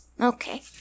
Okay